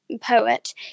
poet